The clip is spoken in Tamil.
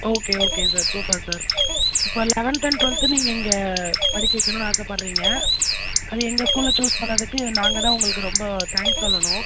okay okay sir super sir இப்போ லெவன்த் அண்ட் டுவெல்த்து நீங்கள் இங்கே படிக்க வைக்கணுன்னு ஆசைப்பட்றீங்க அது எங்கள் ஸ்கூலை சூஸ் பண்ணதுக்கு நாங்கள் தான் உங்களுக்கு ரொம்ப தேங்க்ஸ் சொல்லணும்